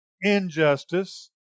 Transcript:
injustice